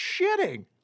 shitting